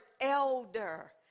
Elder